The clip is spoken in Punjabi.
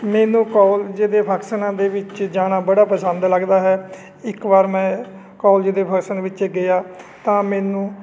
ਮੈਨੂੰ ਕੋਲਜ ਦੇ ਫੰਕਸ਼ਨਾਂ ਦੇ ਵਿੱਚ ਜਾਣਾ ਬੜਾ ਪਸੰਦ ਲੱਗਦਾ ਹੈ ਇੱਕ ਵਾਰ ਮੈਂ ਕੋਲਜ ਦੇ ਫੰਕਸਨ ਵਿੱਚ ਗਿਆ ਤਾਂ ਮੈਨੂੰ